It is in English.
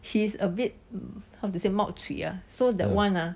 he's a bit how to say 冒起 ah so that one ah